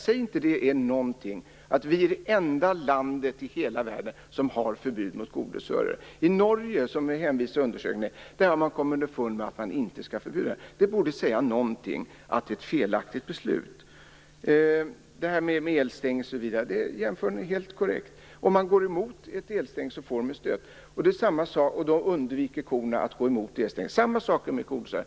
Säger det inte er någonting att vi är det enda landet i hela världen som har förbud mot kodressörer? I Norge, som det hänvisas till i undersökningen, har man kommit underfund med att man inte skall förbjuda det. Det borde säga er någonting om att det här är ett felaktigt beslut. Jämförelsen med elstängsel är helt korrekt. Om korna går emot elstängslet får de en stöt, och då undviker de att gå emot det. Samma sak gäller för kodressörer.